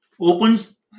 opens